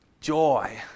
joy